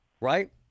right